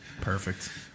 Perfect